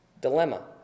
Dilemma